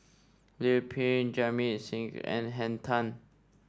Liu Peihe Jamit Singh and Henn Tan